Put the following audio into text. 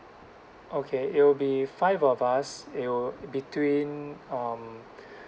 okay it will be five of us it'll between um